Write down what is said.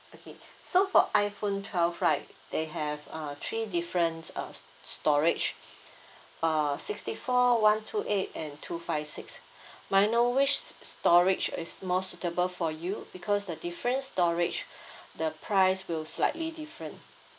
okay so for iphone twelve right they have uh three different uh s~ storage uh sixty four one two eight and two five six may I know which storage is more suitable for you because the different storage the price will slightly different